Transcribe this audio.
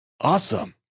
awesome